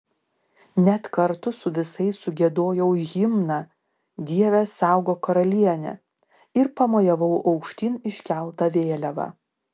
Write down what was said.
net kartu su visais sugiedojau himną dieve saugok karalienę ir pamojavau aukštyn iškelta vėliava